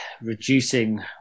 reducing